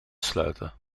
sluiten